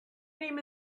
name